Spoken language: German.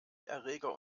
erreger